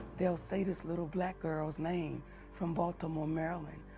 they'll say this little black girl's name from baltimore, maryland,